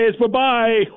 Bye-bye